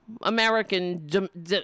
American